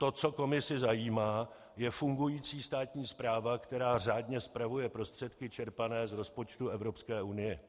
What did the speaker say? To, co Komisi zajímá, je fungující státní správa, která řádně spravuje prostředky čerpané z rozpočtu Evropské unie.